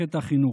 מערכת החינוך.